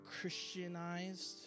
Christianized